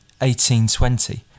1820